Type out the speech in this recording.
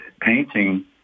painting